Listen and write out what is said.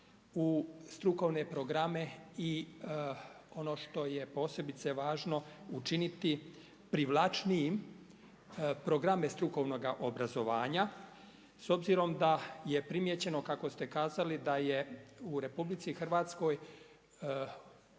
u strukovne programe i ono što je posebice važno, učiniti privlačniji programe strukovnoga obrazovanja s obzirom da je primijećeno, kako ste kazali da je u RH,